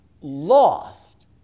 lost